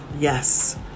Yes